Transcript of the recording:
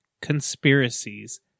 conspiracies